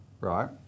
right